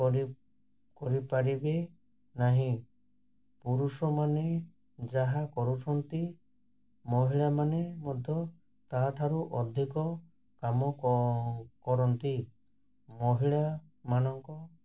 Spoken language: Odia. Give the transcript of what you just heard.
କରି କରିପାରିବେ ନାହିଁ ପୁରୁଷମାନେ ଯାହା କରୁଛନ୍ତି ମହିଳାମାନେ ମଧ୍ୟ ତାଠାରୁ ଅଧିକ କାମ କରନ୍ତି ମହିଳାମାନଙ୍କ